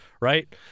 right